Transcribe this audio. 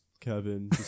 Kevin